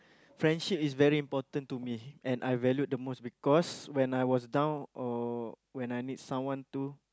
friendship is very important to me and I valued the most because when I was down or when I need someone to